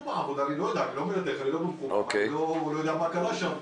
בעבודה אני לא יודע מה קרה שם תכנונית.